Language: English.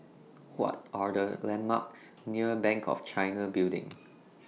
What Are The landmarks near Bank of China Building